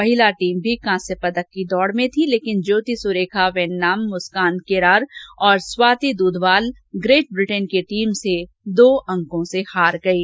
महिला टीम भी कांस्य पदक की दौड़ में थी लेकिन ज्योति सुरेखा वेन्नाम मुस्कान किरार और स्वाति दुधवाल ग्रेट ब्रिटेन की टीम से दो अंक से हार गयी